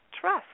Trust